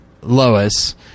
Lois